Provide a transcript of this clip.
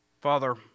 Father